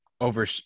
over